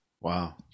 Wow